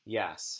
yes